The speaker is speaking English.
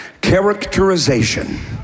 characterization